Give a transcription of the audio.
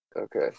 Okay